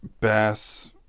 bass